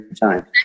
time